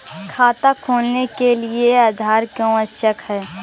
खाता खोलने के लिए आधार क्यो आवश्यक है?